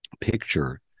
picture